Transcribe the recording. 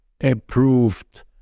approved